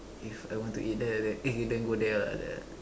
if I want to eat there then eh go there ah like that